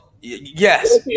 yes